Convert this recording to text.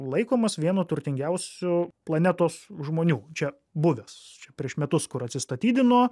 laikomas vienu turtingiausių planetos žmonių čia buvęs čia prieš metus kur atsistatydino